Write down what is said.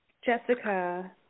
Jessica